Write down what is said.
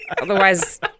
Otherwise